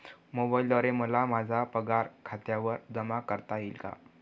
मोबाईलद्वारे मला माझा पगार खात्यावर जमा करता येईल का?